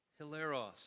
Hilaros